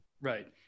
Right